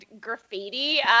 graffiti